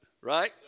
Right